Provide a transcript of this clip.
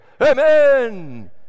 Amen